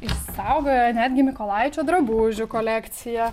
išsaugoję netgi mykolaičio drabužių kolekciją